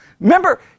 Remember